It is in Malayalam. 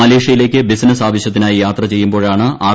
മലേഷ്യയിലേക്ക് ബിസിനസ് ആവശ്യത്തിനായി യാത്ര ചെയ്യുമ്പോഴാണ് ആർ